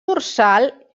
dorsal